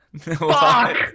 Fuck